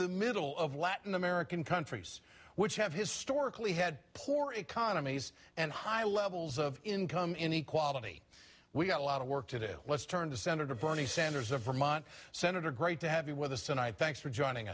the middle of latin american countries which have historically had poor economies and high levels of income inequality we've got a lot of work to do let's turn to senator bernie sanders of vermont senator great to have you with us tonight thanks for joining